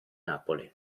napoli